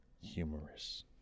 Humorous